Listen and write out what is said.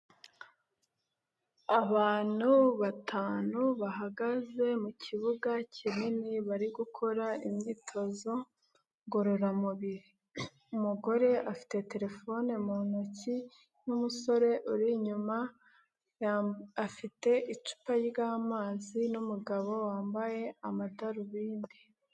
Abantu batanu bahagaze mu kibuga kinini bari gukora imyitozo ngororamubiri, umugore afite terefone mu ntoki numusore uri inyuma afite icupa ry'amazi, hepfo hari n'umugabo wambaye amadarubindi.